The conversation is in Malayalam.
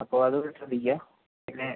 അപ്പോൾ അത് ഒന്ന് ശ്രദ്ധിക്കുക പിന്നെ